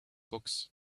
books